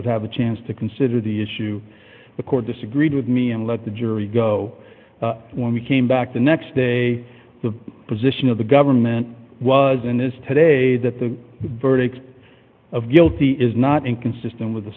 would have a chance to consider the issue the court disagreed with me and let the jury go when we came back the next day the position of the government was and is today that the verdict of guilty is not inconsistent with the